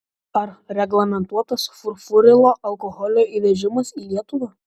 ar reglamentuotas furfurilo alkoholio įvežimas į lietuvą